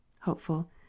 Hopeful